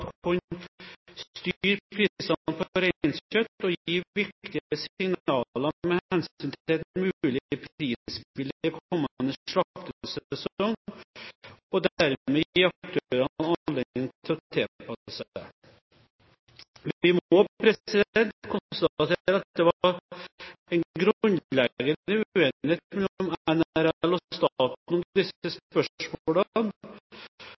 styre prisene på reinkjøtt og gi viktige signaler med hensyn til et mulig prisbilde i kommende slaktesesong, og dermed gi aktørene anledning til å tilpasse seg. Vi må konstatere at det var en grunnleggende uenighet mellom NRL og